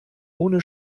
ohne